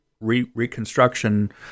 reconstruction